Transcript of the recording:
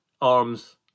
arms